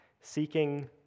seeking